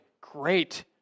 great